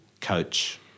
coach